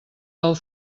del